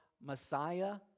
Messiah